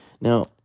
Now